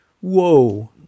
Whoa